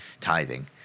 tithing